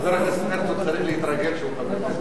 חבר הכנסת הרצוג צריך להתרגל לזה שהוא חבר כנסת.